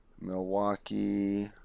Milwaukee